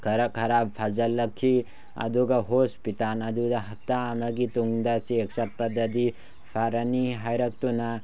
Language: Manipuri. ꯈꯔ ꯈꯔ ꯐꯖꯤꯜꯂꯛꯈꯤ ꯑꯗꯨꯒ ꯍꯣꯁꯄꯤꯇꯥꯟ ꯑꯗꯨꯗ ꯍꯞꯇꯥ ꯑꯃꯒꯤ ꯇꯨꯡꯗ ꯆꯦꯛ ꯆꯠꯄꯗꯗꯤ ꯐꯔꯅꯤ ꯍꯥꯏꯔꯛꯇꯨꯅ